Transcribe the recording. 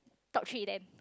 top three then